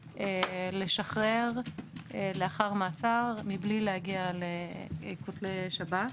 לשחרר לאחר מעצר מבלי להגיע לכותלי שב"ס.